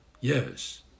Yes